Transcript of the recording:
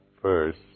first